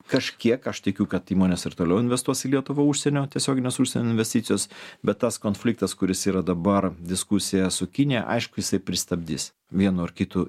kažkiek aš tikiu kad įmonės ir toliau investuos į lietuvą užsienio tiesioginės užsienio investicijos bet tas konfliktas kuris yra dabar diskusija su kinija aišku jisai pristabdys vienu ar kitu